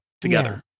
together